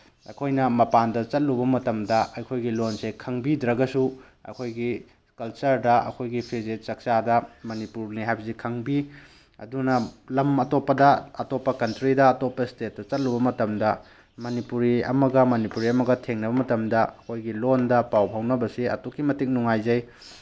ꯑꯩꯈꯣꯏꯅ ꯃꯄꯥꯟꯗ ꯆꯠꯂꯨꯕ ꯃꯇꯝꯗ ꯑꯩꯈꯣꯏꯒꯤ ꯂꯣꯜꯁꯦ ꯈꯪꯕꯤꯗ꯭ꯔꯒꯁꯨ ꯑꯩꯈꯣꯏꯒꯤ ꯀꯜꯆꯔꯗ ꯑꯩꯈꯣꯏꯒꯤ ꯐꯤꯖꯦꯠ ꯆꯥꯛꯆꯥꯗ ꯃꯅꯤꯄꯨꯔꯅꯦ ꯍꯥꯏꯕꯁꯤ ꯈꯪꯕꯤ ꯑꯗꯨꯅ ꯂꯝ ꯑꯇꯣꯞꯄꯗ ꯑꯇꯣꯞꯄ ꯀꯟꯇ꯭ꯔꯤꯗ ꯑꯇꯣꯞꯄ ꯏꯁꯇꯦꯠ ꯆꯠꯂꯨꯕ ꯃꯇꯝꯗ ꯃꯅꯤꯄꯨꯔꯤ ꯑꯃꯒ ꯃꯅꯤꯄꯨꯔꯤ ꯑꯃꯒ ꯊꯦꯡꯅꯕ ꯃꯇꯝꯗ ꯑꯩꯈꯣꯏꯒꯤ ꯂꯣꯟꯗ ꯄꯥꯎ ꯐꯥꯎꯅꯕꯁꯤ ꯑꯗꯨꯛꯀꯤ ꯃꯇꯤꯛ ꯅꯨꯡꯉꯥꯏꯖꯩ